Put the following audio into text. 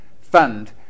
fund